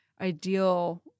ideal